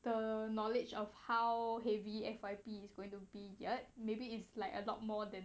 the knowledge of how heavy F_Y_P is going to be yet maybe it's like a lot more than